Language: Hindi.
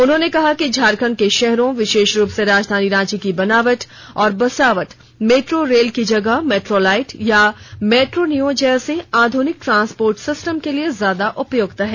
उन्होंने कहा है कि झारखण्ड के शहरों विशेष रूप से राजधानी रांची की बनावट और बसावट मेट्रो रेल की जगह मेट्रोलाइट या मेट्रोनिओ जैसे नये आध्निक ट्रांसपोर्ट सिस्टम के लिए ज्यादा उपय्क्त है